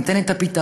ניתן את הפתרון,